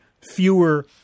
fewer